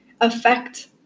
affect